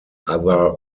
other